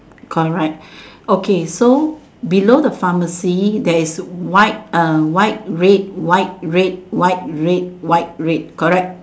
correct okay so below the pharmacy there is white uh white red white red white red white red correct